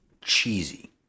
cheesy